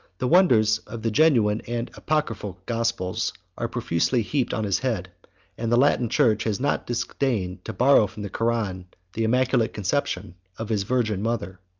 the wonders of the genuine and apocryphal gospels are profusely heaped on his head and the latin church has not disdained to borrow from the koran the immaculate conception of his virgin mother.